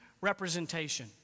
representation